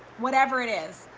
whatever it is,